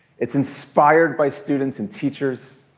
it's inspired by students and teachers.